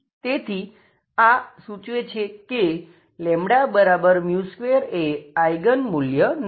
તેથી આ સૂચવે છે કે 2 એ આઈગન મૂલ્ય નથી